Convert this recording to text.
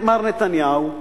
מר נתניהו,